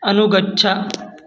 अनुगच्छ